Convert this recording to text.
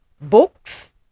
Books